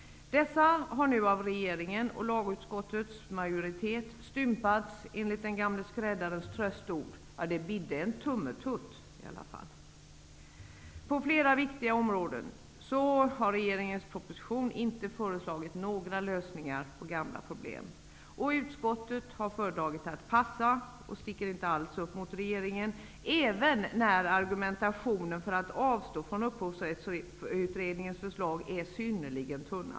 Dessa har nu av regeringen och lagutskottets majoritet stympats enligt den gamle skräddarens trösteord: Det bidde en tummetutt. På flera viktiga områden har regeringen i sin proposition inte föreslagit några lösningar på gamla problem. Utskottet har föredragit att passa och sticker inte alls upp mot regeringen, inte ens när argumentationen för att avstå från Upphovsrättsutredningens förslag är synnerligen tunn.